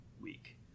week